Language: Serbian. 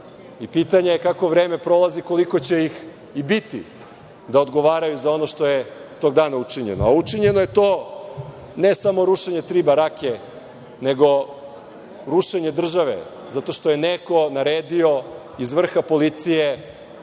Pitanje je kako vreme prolazi, koliko će ih i biti da odgovaraju za ono što je tog dana učinjeno. Učinjeno je to, ne samo rušenje tri barake, nego rušenje države, zato što je neko naredio iz vrha policije,